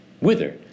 Whither